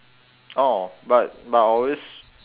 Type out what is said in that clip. oh but but I always